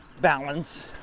balance